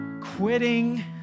quitting